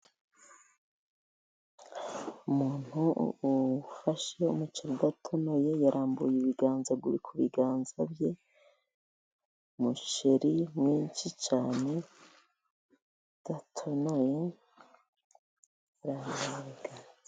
Umuntu ufashe umuceri udatonoye , yarambuye ibiganza uri ku biganza bye, umuceri mwinshi cyane udatonoye.